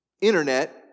internet